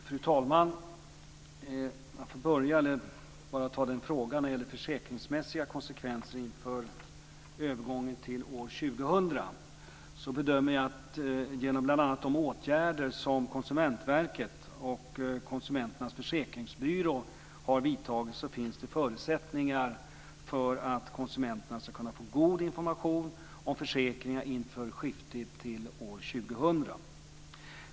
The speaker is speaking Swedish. Fru talman! Jag vill börja med att ta upp frågan om försäkringsmässiga konsekvenser inför övergången till år 2000. Genom bl.a. de åtgärder som Konsumentverket och Konsumenternas Försäkringsbyrå har vidtagit bedömer jag att det finns förutsättningar för att konsumenterna ska kunna få god information om försäkringar inför skiftet till år 2000.